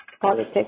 politics